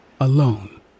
alone